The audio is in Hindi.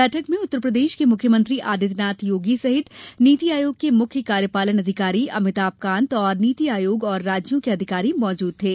बैठक में उत्तर प्रदेश के मुख्यमंत्री आदित्यनाथ योगी सहित नीति आयोग के मुख्य कार्यपालन अधिकारी अभिताभ कांत और नीति आयोग और राज्यों के अधिकारी मौजूद थे